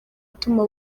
atuma